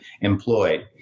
employed